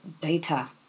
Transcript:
data